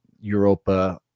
Europa